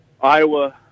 Iowa